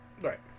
right